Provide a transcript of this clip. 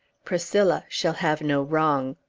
priscilla shall have no wrong!